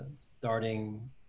starting